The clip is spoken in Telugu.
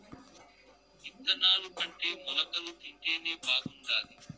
ఇత్తనాలుకంటే మొలకలు తింటేనే బాగుండాది